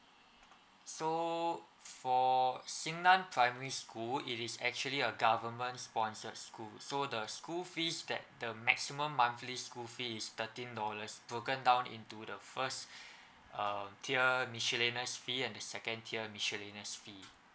so for xin nan primary school it is actually a government sponsored school so the school fees that the maximum monthly school fees is thirteen dollars broken down into the first uh tier miscellaneous fee and the second tier miscellaneous fee